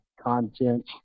content